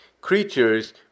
creatures